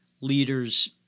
leaders